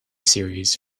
series